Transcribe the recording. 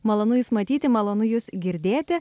malonu jus matyti malonu jus girdėti